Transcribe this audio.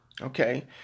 Okay